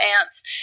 ants